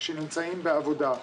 שנמצאים בעבודה,